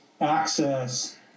access